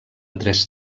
tres